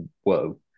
whoa